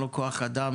אין לו כוח אדם,